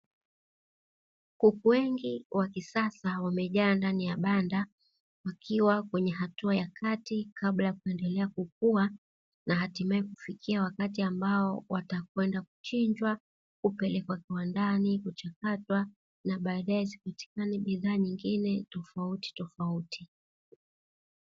Kuku wengi wa kisasa wamejaa ndani ya banda wakiwa kwenye hatua ya kati kabla ya kuendelea kukua, na hatimaye kufikia wakati ambao watakwenda kuchinjwa na kupelekwa kiwandani kuchakatwa na baadaye bidhaa nyingine tofauti tofauti.